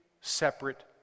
separate